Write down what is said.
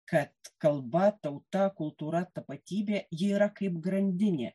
kad kalba tauta kultūra tapatybė ji yra kaip grandinė